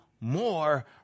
more